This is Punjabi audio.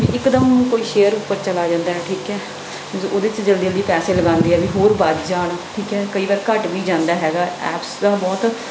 ਇਕਦਮ ਕੋਈ ਸ਼ੇਅਰ ਉੱਪਰ ਚਲਾ ਜਾਂਦਾ ਹੈ ਠੀਕ ਹੈ ਉਹਦੇ 'ਚ ਜਲਦੀ ਜਲਦੀ ਪੈਸੇ ਲਗਾਉਂਦੇ ਆ ਵੀ ਹੋਰ ਵੱਧ ਜਾਣ ਠੀਕ ਹੈ ਕਈ ਵਾਰ ਘੱਟ ਵੀ ਜਾਂਦਾ ਹੈਗਾ ਐਪਸ ਦਾ ਬਹੁਤ